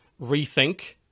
rethink